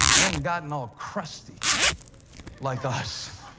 and gotten all crusty like us,